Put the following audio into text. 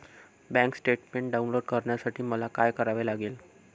Bank statement download करण्यासाठी मला काय करावे लागेल?